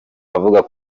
avuga